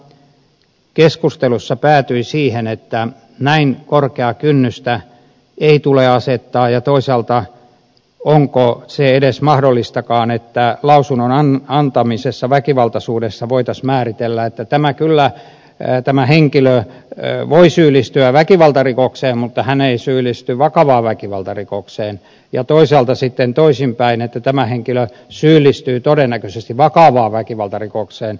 valiokunta keskustelussa päätyi siihen että näin korkeaa kynnystä ei tule asettaa ja toisaalta onko se edes mahdollistakaan että lausunnon antamisessa väkivaltaisuudesta voitaisiin määritellä että tämä henkilö kyllä voi syyllistyä väkivaltarikokseen mutta hän ei syyllisty vakavaan väkivaltarikokseen ja toisaalta sitten toisinpäin että tämä henkilö syyllistyy todennäköisesti vakavaan väkivaltarikokseen